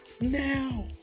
now